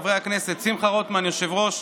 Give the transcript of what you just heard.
חברי הכנסת שמחה רוטמן יושב-ראש,